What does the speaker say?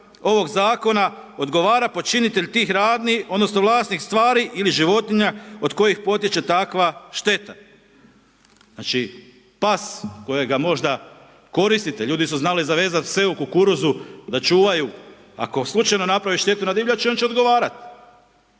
ovog zakona odgovara počinitelj tih radnji odnosno vlasnik stvari ili životinja od kojih potječe takva šteta. Znači, pas kojega možda koristite, ljudi su znali zavezati pse u kukuruzu da čuvaju. Ako slučajno naprave štetu na divljači, on će odgovarati.